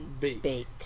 Bake